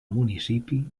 municipi